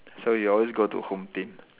so he always go to Home Team